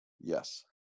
yes